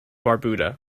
barbuda